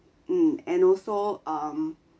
mm and also um